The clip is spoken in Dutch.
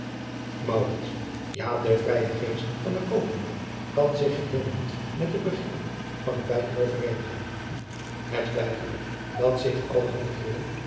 a de vrije geest van den koophandel kan zich geheel niet met de begrippen van het bijgeloof vereenigen et bijgeloof dat zich allerhande grillen